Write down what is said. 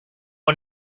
one